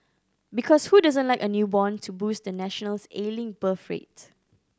because who doesn't like a newborn to boost the nation's ailing birth rate